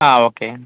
okay